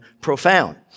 profound